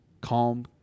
calm